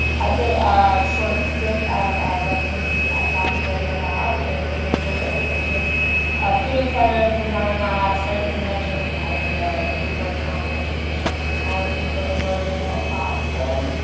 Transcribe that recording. i did a short stint at a residency at la victoria lab in lima, peru, which is a human-centered design lab started in conjunction with ideo, and we worked on educational technology for the emerging middle class there.